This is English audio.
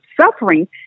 suffering